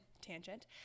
tangent